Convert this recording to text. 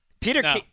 Peter